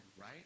right